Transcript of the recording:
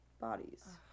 bodies